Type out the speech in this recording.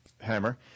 hammer